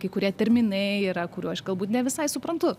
kai kurie terminai yra kurių aš galbūt ne visai suprantu